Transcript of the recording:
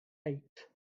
eight